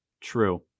True